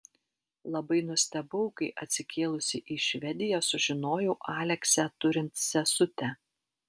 labai nustebau kai atsikėlusi į švediją sužinojau aleksę turint sesutę